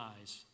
eyes